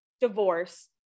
divorce